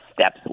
steps